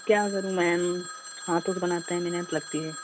क्या करूँ मैम हाथों से बनाते हैं मेहनत लगती है